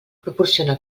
proporciona